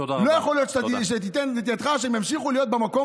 לא יכול להיות שתיתן את ידך שהם ימשיכו להיות במקום